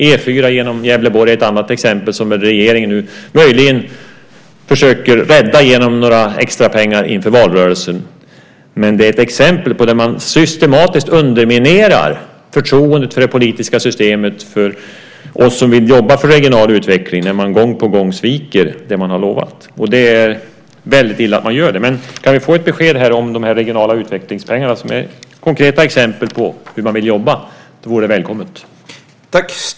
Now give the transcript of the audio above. E 4 genom Gävleborg är ett annat exempel som regeringen nu möjligen försöker rädda genom några extra pengar inför valrörelsen. Men det är ett exempel på hur man systematiskt underminerar förtroendet för det politiska systemet, för oss som vill jobba för regional utveckling, när man gång på gång sviker det man har lovat. Det är väldigt illa att man gör det. Kan vi få ett besked om de regionala utvecklingspengarna, som är konkreta exempel på hur man vill jobba? Det vore välkommet.